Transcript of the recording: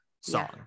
song